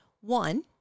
one